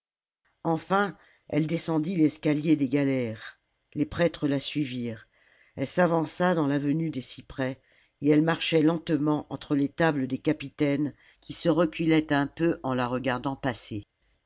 enfin elle descendit l'escalier des galères les prêtres la suivirent elle s'avança dans l'avenue des cyprès et elle marchait lentement entre les tables des capitaines qui se reculaient un peu en la regardant passer